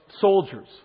soldiers